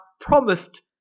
promised